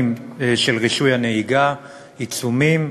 הנהיגה עיצומים,